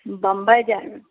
बम्बइ जाएमे